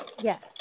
Yes